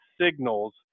signals